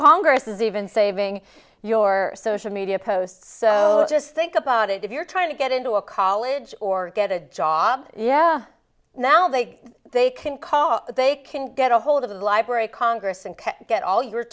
congress is even saving your social media posts so just think about it if you're trying to get into a college or get a job now they they can call they can get ahold of the library of congress and get all your